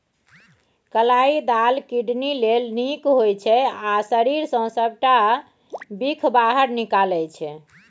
कलाइ दालि किडनी लेल नीक होइ छै आ शरीर सँ सबटा बिख बाहर निकालै छै